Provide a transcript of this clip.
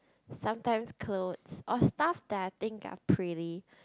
sometimes cloth of stuff that I think I'm pretty